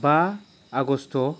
बा आगस्ट'